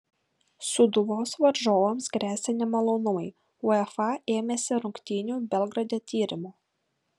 sūduvos varžovams gresia nemalonumai uefa ėmėsi rungtynių belgrade tyrimo